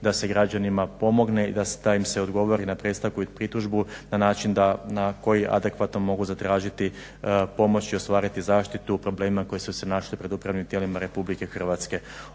da se građanima pomogne i da im se odgovori na predstavku i pritužbu na način da, na koji adekvatno mogu zatražiti pomoć i ostvariti zaštitu o problemima koji su se našli pred upravnim tijelima Republike Hrvatske.